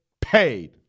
paid